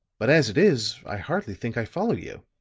but, as it is, i hardly think i follow you.